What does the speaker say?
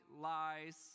lies